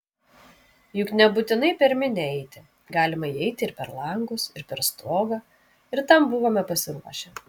juk nebūtinai per minią eiti galima įeiti ir per langus ir per stogą ir tam buvome pasiruošę